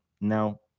now